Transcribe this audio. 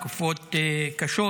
בתקופות קשות,